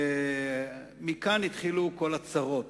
ומכאן התחילו כל הצרות.